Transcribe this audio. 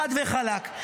חד וחלק.